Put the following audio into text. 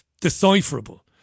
decipherable